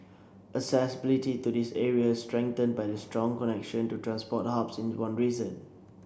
accessibility to these areas strengthened by the strong connection to transport hubs is one reason